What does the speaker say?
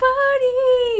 Party